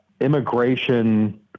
immigration